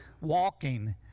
walking